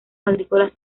agrícolas